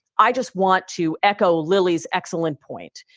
i just want to echo lilly's excellent point.